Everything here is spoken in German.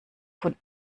von